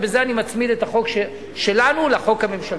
ובזה אני מצמיד את החוק שלנו לחוק הממשלתי.